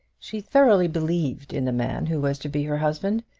she thoroughly believed in the man who was to be her husband,